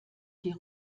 die